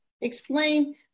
explain